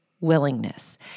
willingness